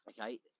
Okay